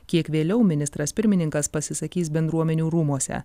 kiek vėliau ministras pirmininkas pasisakys bendruomenių rūmuose